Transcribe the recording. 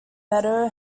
meadow